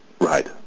Right